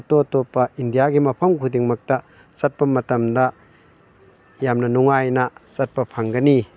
ꯑꯇꯣꯞ ꯑꯇꯣꯞꯄ ꯏꯟꯗꯤꯌꯥꯒꯤ ꯃꯐꯝ ꯈꯨꯗꯤꯡꯃꯛꯇ ꯆꯠꯄ ꯃꯇꯝꯗ ꯌꯥꯝꯅ ꯅꯨꯡꯉꯥꯏꯅ ꯆꯠꯄ ꯐꯪꯒꯅꯤ